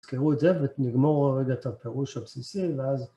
תזכרו את זה, ונגמור רגע את הפירוש הבסיסי ואז...